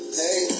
hey